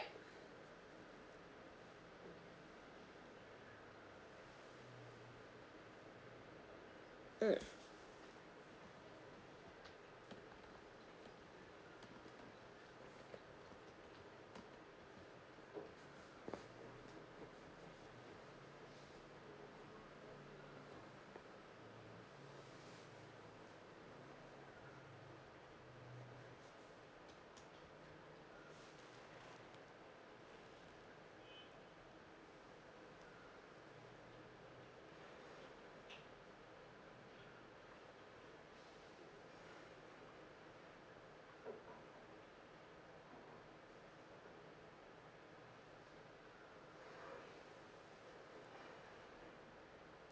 mm